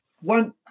one